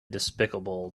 despicable